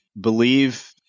believe